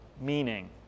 meaning